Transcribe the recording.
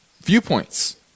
viewpoints